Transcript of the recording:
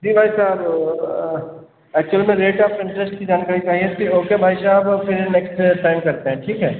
जी भाई साहब ऐक्चुअली में रेट ऑफ़ इन्ट्रस्ट की जानकारी चाहिए थी ओके भाई साहब अब फिर नेक्स्ट साइन करते हैं ठीक